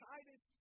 Titus